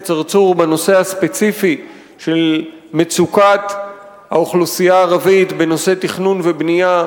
צרצור בנושא הספציפי של מצוקת האוכלוסייה הערבית בנושא תכנון ובנייה,